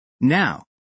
Now